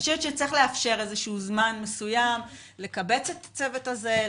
אני חושבת שצריך לאפשר איזשהו זמן מסוים לקבץ את הצוות הזה,